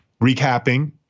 recapping